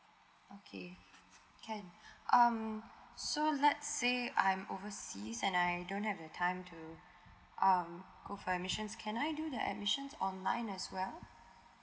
okay can um so let's say I'm overseas and I don't have the time to um go for admission can I do the admissions online as well